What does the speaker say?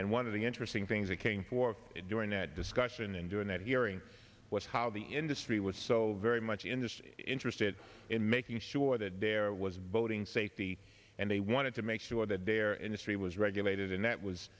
and one of the interesting things that came forth during that discussion in doing that hearing was how the industry was so very much interested interested in making sure that there was boating safety and they wanted to make sure that their industry was regulated and that was